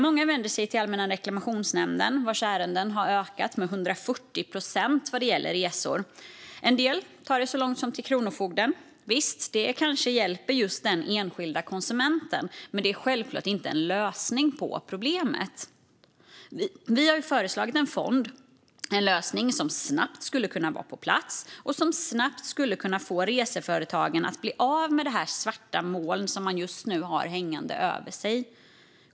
Många vänder sig till Allmänna reklamationsnämnden, vars ärenden har ökat med 140 procent vad gäller resor. En del tar det så långt som till kronofogden. Visst hjälper det kanske den enskilda konsumenten. Men det är självklart inte en lösning på problemet. Vi har föreslagit en fond. Det är en lösning som snabbt skulle kunna vara på plats och som skulle kunna hjälpa reseföretagen att bli av med det svarta moln de just nu har hängande över sig.